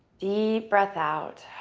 deep breath out.